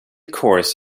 course